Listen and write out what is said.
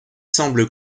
semble